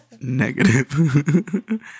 Negative